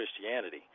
Christianity